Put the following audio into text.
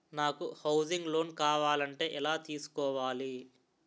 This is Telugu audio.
నాకు హౌసింగ్ లోన్ కావాలంటే ఎలా తీసుకోవాలి?